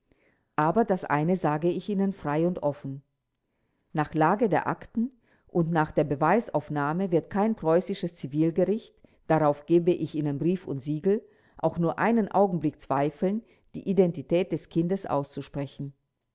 aber das eine sage ich ihnen frei und offen nach lage der akten und nach der beweisaufnahme wird kein preußisches zivilgericht darauf gebe ich ihnen brief und siegel auch nur einen augenblick zweifeln die identität des kindes auszusprechen